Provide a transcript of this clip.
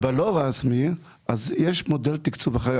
ובלא רשמי יש מודל תקצוב אחר.